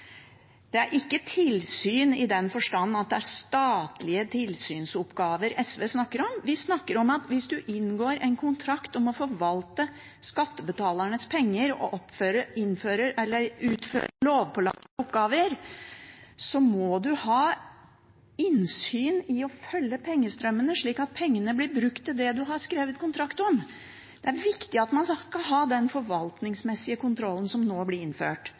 Det er ikke tilsyn i den forstand at det er statlige tilsynsoppgaver SV snakker om. Vi snakker om at hvis man inngår en kontrakt om å forvalte skattebetalernes penger og utføre lovpålagte oppgaver, må man ha innsyn i å følge pengestrømmene, slik at pengene blir brukt til det man har skrevet kontrakt om. Det er viktig at man skal ha den forvaltningsmessige kontrollen som nå blir innført.